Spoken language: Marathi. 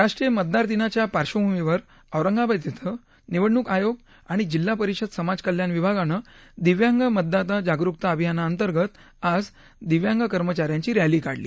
राष्ट्रीय मतदार दिनाच्या पार्श्वभूमीवर औरंगाबाद इथं निवडणुक आयोग आणि जिल्हा परिषद समाज कल्याण विभागानं दिव्यांग मतदाता जागरूकता अभियाना अंतर्गत आज दिव्यांग कर्मचाऱ्यांची रॅली काढली